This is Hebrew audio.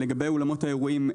לגבי אולמות האירועים,